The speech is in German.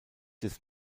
des